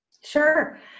Sure